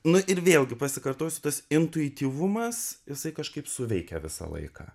nu ir vėlgi pasikartosiu tas intuityvumas jisai kažkaip suveikia visą laiką